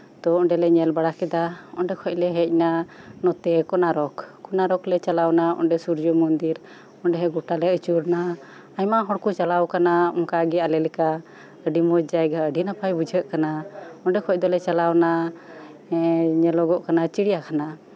ᱛᱳ ᱚᱱᱰᱮ ᱞᱮ ᱧᱮᱞ ᱵᱟᱲᱟ ᱠᱮᱫᱟ ᱚᱱᱰᱮ ᱠᱷᱚᱡ ᱞᱮ ᱱᱚᱛᱮ ᱠᱳᱱᱟᱨᱚᱠ ᱠᱳᱱᱟᱨᱚᱠ ᱞᱮ ᱪᱟᱞᱟᱣᱱᱟ ᱚᱱᱰᱮ ᱥᱩᱨᱡᱚ ᱢᱚᱱᱫᱤᱨ ᱚᱱᱰᱮ ᱦᱚᱸ ᱜᱳᱴᱟᱞᱮ ᱟᱹᱪᱩᱨ ᱱᱟ ᱟᱭᱢᱟ ᱦᱚᱲ ᱠᱚ ᱪᱟᱞᱟᱣ ᱟᱠᱟᱱᱟ ᱚᱱᱠᱟᱜᱮ ᱟᱞᱮ ᱞᱮᱠᱟ ᱟᱹᱰᱤ ᱢᱚᱸᱡ ᱡᱟᱭᱜᱟ ᱚᱱᱟ ᱠᱷᱚᱡ ᱵᱩᱡᱷᱟᱹᱜ ᱠᱟᱱᱟ ᱚᱱᱰᱮ ᱠᱷᱚᱡ ᱫᱚᱞᱮ ᱪᱟᱞᱟᱣᱱᱟ ᱧᱮᱞᱚᱜᱚᱜ ᱠᱟᱱᱟ ᱪᱤᱲᱭᱟᱠᱷᱟᱱᱟ